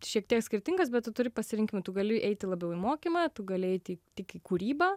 šiek tiek skirtingas bet tu turi pasirinkimą tu gali eiti labiau į mokymą tu gali eiti tik į kūrybą